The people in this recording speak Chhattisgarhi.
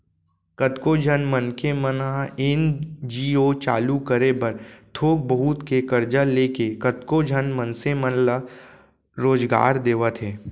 कतको झन मनखे मन ह एन.जी.ओ चालू करे बर थोक बहुत के करजा लेके कतको झन मनसे मन ल रोजगार देवत हे